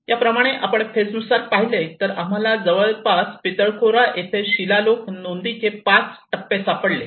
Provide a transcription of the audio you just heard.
याप्रमाणे आपण फेज नुसार पाहिले तर आम्हाला जवळपास पिटलखोरा येथे शिलालेख नोंदीचे 5 टप्पे सापडले